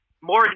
more